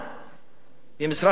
ומשרד החינוך יודעים את זה,